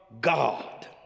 God